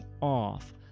off